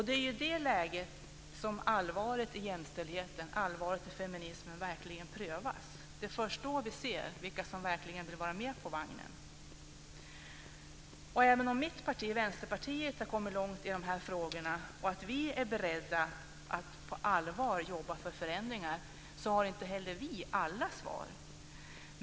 Det är i det läget som allvaret i jämställdheten och i feminismen verkligen prövas. Det är först då vi ser vilka som verkligen vill vara med på vagnen. Även om vi i mitt parti, Vänsterpartiet, har kommit långt i dessa frågor och är beredda att på allvar jobba för förändringar så har inte heller vi alla svar.